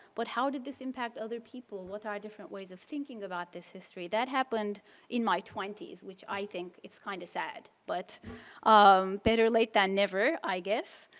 but how did this impact other people, what are different ways of thinking about this history that happened in my twenty s which i think is kind of sad, but um better late than never, i guess.